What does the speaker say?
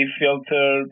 filter